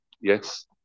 Yes